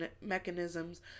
mechanisms